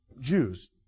Jews